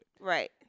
Right